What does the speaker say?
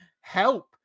help